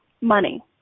Money